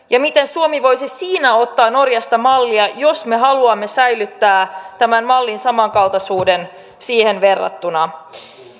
ja miten suomi voisi siinä norjasta ottaa mallia jos me haluamme säilyttää tämän mallin samankaltaisuuden siihen verrattuna